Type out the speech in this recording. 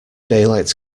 daylight